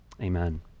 amen